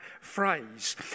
phrase